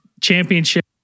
championship